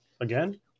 Again